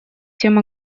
тем